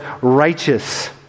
righteous